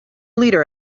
leader